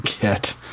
get